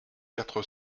quatre